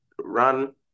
run